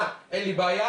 אה אין לי בעיה,